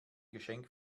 geschenk